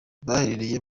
bahereye